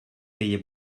feia